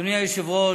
אדוני היושב-ראש,